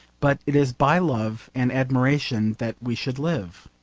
but it is by love and admiration that we should live.